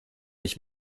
ich